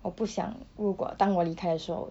我不想如果当我离的时候